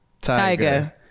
Tiger